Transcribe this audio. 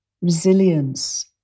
resilience